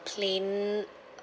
plane